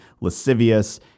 lascivious